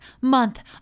month